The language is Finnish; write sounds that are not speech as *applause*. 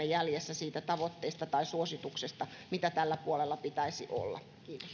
*unintelligible* jäljessä siitä tavoitteesta tai suosituksesta mitä tällä puolella pitäisi olla